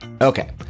Okay